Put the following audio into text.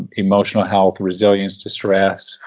emotional health, resilience to stress,